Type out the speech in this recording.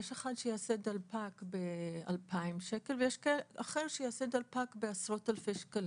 יש אחד שיעשה דלפק ב-2,000 שקלים ויש אחר שיעשה דלפק בעשרות אלפי שקלים.